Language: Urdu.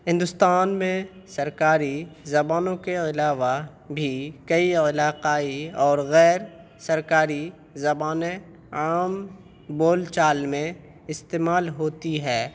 ہندوستان میں سرکاری زبانوں کے علاوہ بھی کئی علاقائی اور غیر سرکاری زبانیں عام بول چال میں استعمال ہوتی ہیں